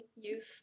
use